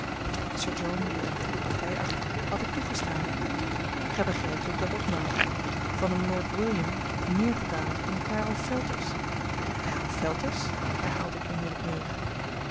john die het eene goede partij achtte had dit toegestaan gij begrijpt hoe ik dat opnam van een lord william neer te dalen tot een karel felters karel felters herhaalde ik onwillekeurig